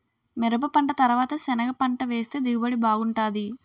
మిరపపంట తరవాత సెనగపంట వేస్తె దిగుబడి బాగుంటాది